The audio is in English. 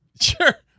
Sure